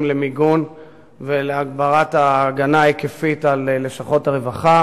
למיגון ולהגברת ההגנה ההיקפית על לשכות הרווחה.